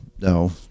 no